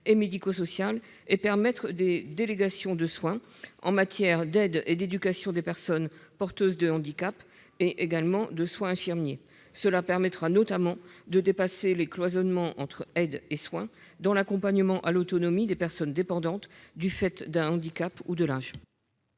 et médico-social et à permettre des délégations de soins en matière d'aide et d'éducation des personnes porteuses de handicap et également de soins infirmiers. Cela permettra notamment de dépasser les cloisonnements entre aide et soins dans l'accompagnement à l'autonomie des personnes dépendantes du fait d'un handicap ou de l'âge.